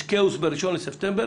יש כאוס ב-1 בספטמבר